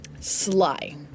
sly